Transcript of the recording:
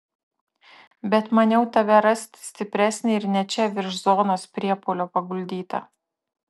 bet maniau tave rasti stipresnį ir ne čia virš zonos priepuolio paguldytą